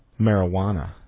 marijuana